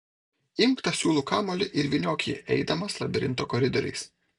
imk tą siūlų kamuolį ir vyniok jį eidamas labirinto koridoriais